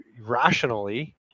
rationally